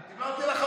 אתה לא מקורב שלו.